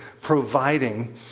providing